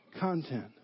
content